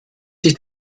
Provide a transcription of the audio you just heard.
sich